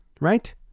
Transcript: right